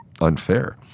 unfair